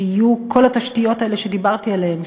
שיהיו כל התשתיות האלה שדיברתי עליהן,